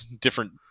different